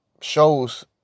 shows